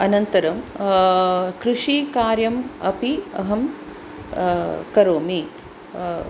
अनन्तरं कृषिकार्यम् अपि अहं करोमि